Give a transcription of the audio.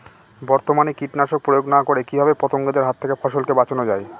বর্তমানে কীটনাশক প্রয়োগ না করে কিভাবে পতঙ্গদের হাত থেকে ফসলকে বাঁচানো যায়?